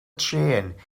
trên